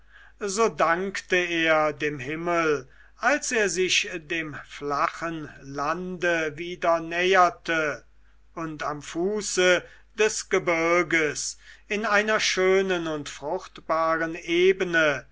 so dankte er dem himmel als er sich dem flachen lande wieder näherte und am fuße des gebirges in einer schönen und fruchtbaren ebene